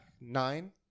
Nine